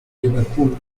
liverpool